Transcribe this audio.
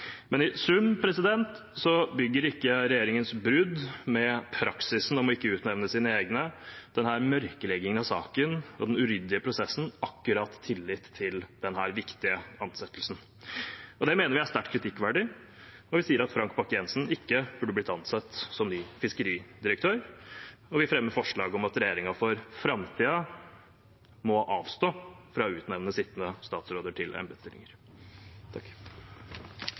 men i sum bygger ikke regjeringens brudd med praksisen om ikke å utnevne sine egne – denne mørkleggingen av saken og den uryddige prosessen – akkurat tillit til denne viktige ansettelsen. Det mener vi er sterkt kritikkverdig. Vi sier at Frank Bakke-Jensen ikke burde blitt ansatt som ny fiskeridirektør, og vi fremmer forslag om at regjeringen for framtiden må avstå fra å utnevne sittende statsråder til embetsstillinger.